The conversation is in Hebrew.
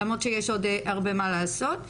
למרות שיש עוד הרבה מה לעשות.